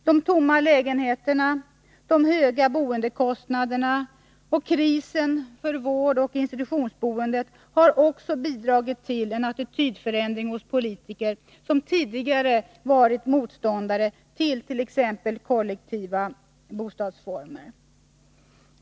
De tomma lägenheterna, de höga boendekostnaderna och krisen för vårdoch institutionsboendet har också bidragit till en attitydförändring hos politikerna, som tidigare varit motståndare till t.ex. kollektiva bostadsformer.